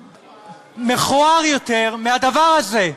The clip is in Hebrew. שהוא מכוער יותר מהדבר הזה.